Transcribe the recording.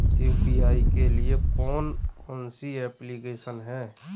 UPI के लिए कौन कौन सी एप्लिकेशन हैं?